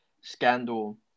scandal